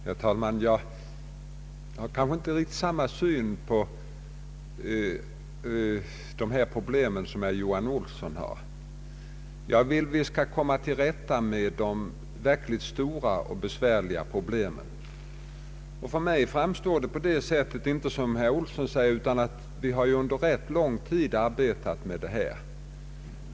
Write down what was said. Herr talman! Jag har kanske inte riktigt samma syn på dessa problem som herr Johan Olsson har. Jag vill att vi skall komma till rätta med de verk ligt stora och besvärliga uppgifterna. För mig framstår läget inte så som herr Olsson beskriver det. Vi har under rätt lång tid arbetat med dessa saker.